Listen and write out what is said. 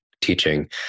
teaching